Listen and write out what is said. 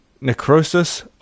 Necrosis